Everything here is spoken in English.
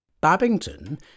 Babington